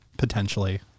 potentially